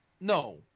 no